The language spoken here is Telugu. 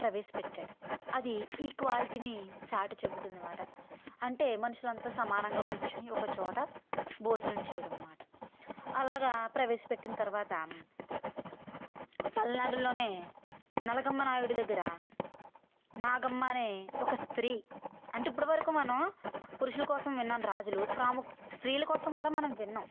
ప్రవేశపెట్టాడు అది ఈక్వాలిటీని చాటి చెబుతుందనమాట అంటే మనుషులంతా సమానంగా కూర్చొని ఒకే చోట భోజనం చేయడం అనమాట అలాగా ప్రవేశం పెట్టిన తర్వాత పల్నాడులోనే నలగామ నాయుడు దగ్గర నాగమ్మ అనే ఒక స్త్రీ అంటే ఇప్పుడు వరకు మనం పురుషుల కోసం విన్నాం రాజులు ప్రాముఖ్ స్త్రీల కోసం కూడా మనం విన్నాం